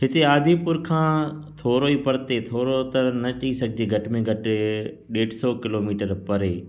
हिते आदिपुर खां थोरो ई परिते थोरो त न चई सघिजे घटि में घटि ॾेढ सौ किलोमीटर परे